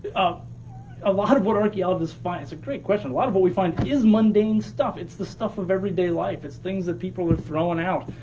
a lot of what archeologists find, it's a great question, a lot of what we find is mundane stuff, it's the stuff of everyday life. it's things that people are throwing out.